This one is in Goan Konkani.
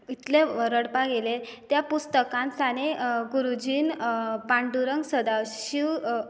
इतलें रडपाक येलें त्या पुस्तकांत साने गुरुजीन पांडुरंग सदाशीव